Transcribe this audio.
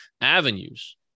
avenues